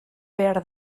behar